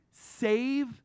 save